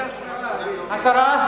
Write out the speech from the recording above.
הסרה?